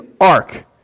ark